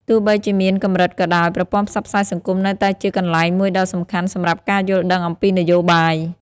ទោះបីជាមានកម្រិតក៏ដោយ ប្រព័ន្ធផ្សព្វផ្សាយសង្គមនៅតែជាកន្លែងមួយដ៏សំខាន់សម្រាប់ការយល់ដឹងអំពីនយោបាយ